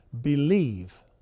believe